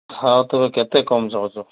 ଆଉ ତୁମେ କେତେ କମ୍ ଚାହୁଁଛ